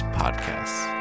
podcasts